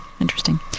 Interesting